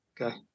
Okay